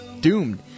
doomed